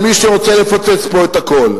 של מי שרוצה לפוצץ פה את הכול,